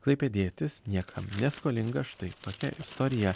klaipėdietis niekam neskolingas štai tokia istorija